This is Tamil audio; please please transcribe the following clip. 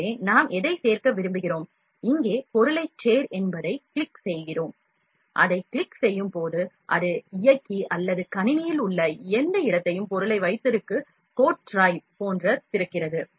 எனவே நாம் எதைச் சேர்க்க விரும்புகிறோம் இங்கே பொருளைச் சேர் என்பதைக் கிளிக் செய்கிறோம் அதைக் கிளிக் செய்யும் போது அது இயக்கி அல்லது கணினியில் உள்ள எந்த இடத்தையும் பொருளை வைத்திருக்கும் கோட் டிரைவ் போன்ற திறக்கிறது